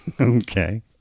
Okay